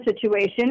situation